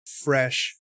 fresh